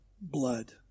blood